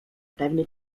pewny